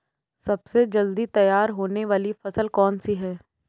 सबसे जल्दी तैयार होने वाली फसल कौन सी है?